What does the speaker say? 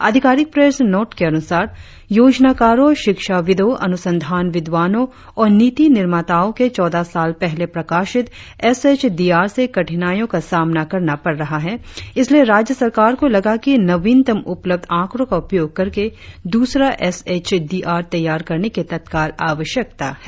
आधिकारिक press note के अनुसार योजनाकारो शिक्षाविदो अन्रसंधान विद्वानों और नीति निर्माताओ को चौदह साल पहले प्रकाशित एस एच डी आर से कठिनाइयों का सामना करना पड़ रहा है इसलिए राज्य सरकार को लगा कि नवीनतम उपलब्ध आकड़ो का उपयोग करके दूसरा एस एच डी आर तैयार करने की तत्काल आवश्यकता है